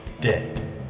Dead